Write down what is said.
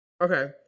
okay